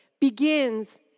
begins